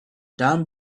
down